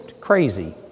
crazy